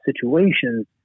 situations